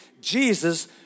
Jesus